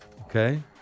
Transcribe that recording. Okay